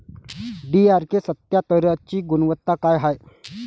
DRK सत्यात्तरची गुनवत्ता काय हाय?